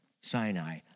Sinai